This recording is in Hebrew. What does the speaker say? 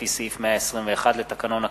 לפי סעיף 121 לתקנון הכנסת.